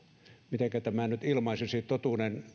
mitenkä tämän nyt ilmaisisi tätä totuuden